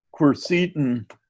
quercetin